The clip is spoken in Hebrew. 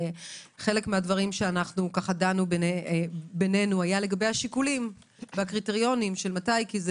חלק מהדברים שדנו בינינו היה לגבי השיקולים והקריטריונים של מתי כי זה